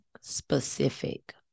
specific